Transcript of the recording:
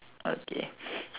okay